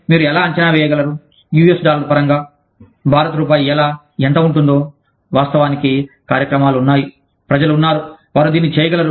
మీరు ఎలా అంచనా వేయగలరు యుఎస్ డాలర్ పరంగా భారత రూపాయి ఎలా ఎంత ఉంటుందో వాస్తవానికి కార్యక్రమాలు ఉన్నాయి ప్రజలు ఉన్నారు వారు దీన్ని చేయగలరు